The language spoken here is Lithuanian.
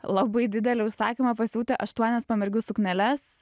labai didelį užsakymą pasiūti aštuonias pamergių sukneles